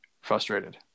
frustrated